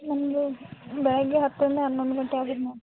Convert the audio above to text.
ನಮ್ಮದು ಬೆಳಗ್ಗೆ ಹತ್ತರಿಂದ ಹನ್ನೊಂದು ಗಂಟೆ ಆಗುತ್ತೆ ಮ್ಯಾಮ್